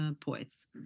poets